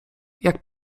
jak